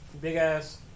Big-ass